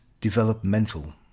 developmental